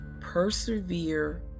persevere